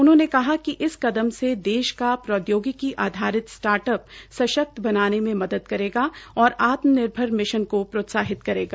उन्होंने कहा कि इस कदम से देश का प्रौदयोगिकी आधारित स्टार्टअप सशक्त बनाने में मदद करेगा और आत्मनिर्भर मिशन को प्रोत्साहिंत करेगा